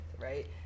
right